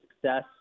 success